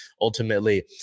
Ultimately